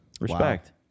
Respect